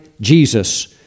Jesus